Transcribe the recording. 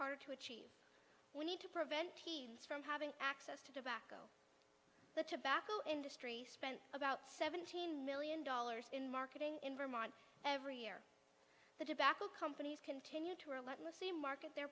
harder to achieve we need to prevent he from having access to tobacco the tobacco industry spent about seventeen million dollars in marketing in vermont every year the tobacco companies continue to relentlessly market their